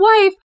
wife